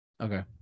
Okay